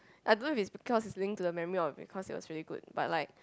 I don't know if it's because it's linked to the memory of it because you are really good but like